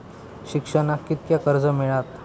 शिक्षणाक कीतक्या कर्ज मिलात?